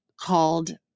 called